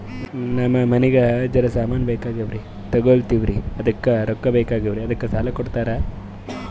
ನಮಗ ಮನಿಗಿ ಜರ ಸಾಮಾನ ಬೇಕಾಗ್ಯಾವ್ರೀ ತೊಗೊಲತ್ತೀವ್ರಿ ಅದಕ್ಕ ರೊಕ್ಕ ಬೆಕಾಗ್ಯಾವ ಅದಕ್ಕ ಸಾಲ ಕೊಡ್ತಾರ?